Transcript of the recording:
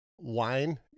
wine